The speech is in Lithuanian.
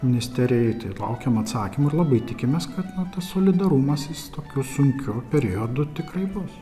ministerijai ir laukiam atsakymo labai tikimės kad tas solidarumas tokiu sunkiu periodu tikrai bus